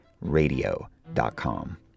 radio.com